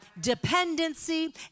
dependency